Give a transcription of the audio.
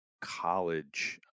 college